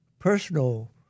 personal